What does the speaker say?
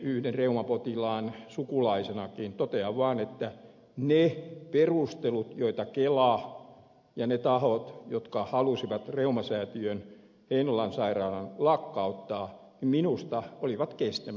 yhden reumapotilaan sukulaisenakin totean vaan että ne perustelut joita esittivät kela ja ne tahot jotka halusivat reumasäätiön heinolan sairaalan lakkauttaa olivat minusta kestämättömiä